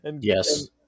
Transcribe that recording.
Yes